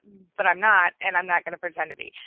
but i'm not and i'm not gonna pretend to be,